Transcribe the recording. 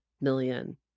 million